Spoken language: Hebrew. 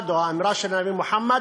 מוחמד, או האמרה של הנביא מוחמד: